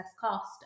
cost